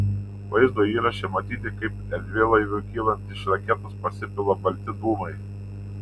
vaizdo įraše matyti kaip erdvėlaiviui kylant iš raketos pasipila balti dūmai